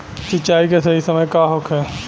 सिंचाई के सही समय का होखे?